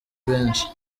benshi